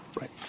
Right